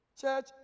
Church